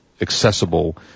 accessible